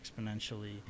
exponentially